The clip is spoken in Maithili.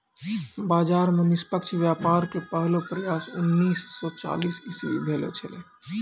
बाजार मे निष्पक्ष व्यापार के पहलो प्रयास उन्नीस सो चालीस इसवी भेलो छेलै